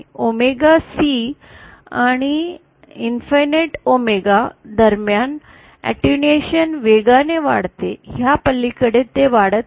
omega C आणि अनंत omega दरम्यान अटेन्यूएशन वेगाने वाढते हया पलीकडे ते वाढत नाही